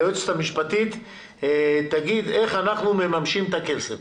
היועצת המשפטית תגיד איך אנחנו מממשים את הכסף.